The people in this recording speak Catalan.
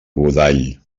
godall